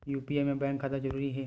UPI मा bank खाता जरूरी हे?